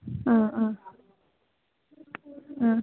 ആ ആ ആ